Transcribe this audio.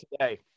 today